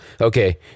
Okay